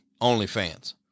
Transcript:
OnlyFans